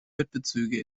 bettbezüge